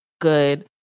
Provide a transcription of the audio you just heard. good